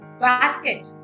basket